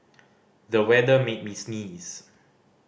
the weather made me sneeze